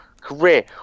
career